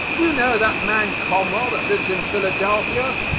do you know that man conwell that lives in philadelphia?